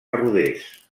rodés